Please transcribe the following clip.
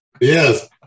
Yes